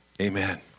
amen